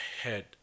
head